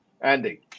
Andy